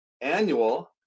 annual